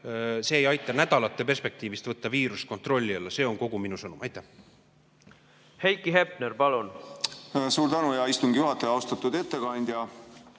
ei aita see nädalate perspektiivis võtta viirust kontrolli alla. See on kogu minu sõnum. Heiki